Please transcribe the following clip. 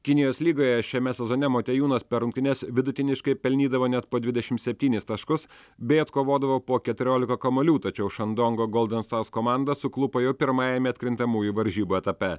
kinijos lygoje šiame sezone motiejūnas per rungtynes vidutiniškai pelnydavo net po dvidešimt septynis taškus bei atkovodavo po keturiolika kamuolių tačiau šandongo golden stars komanda suklupo jau pirmajame atkrintamųjų varžybų etape